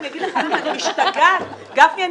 גפני,